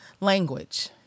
language